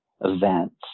events